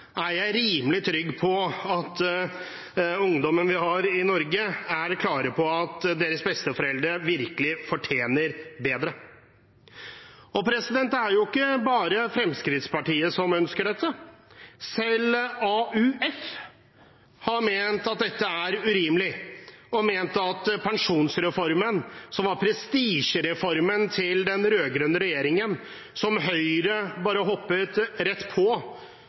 er jeg rimelig trygg på at ungdommen vi har i Norge, er klare på at deres besteforeldre virkelig fortjener bedre. Det er jo ikke bare Fremskrittspartiet som ønsker dette. Selv AUF har ment at dette er urimelig, og ment at pensjonsreformen, som var prestisjereformen til den rød-grønne regjeringen, og som Høyre bare hoppet rett på